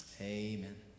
Amen